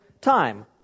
time